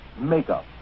makeup